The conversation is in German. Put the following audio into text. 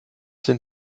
sind